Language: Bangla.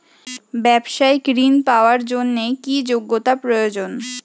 ব্যবসায়িক ঋণ পাওয়ার জন্যে কি যোগ্যতা প্রয়োজন?